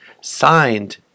signed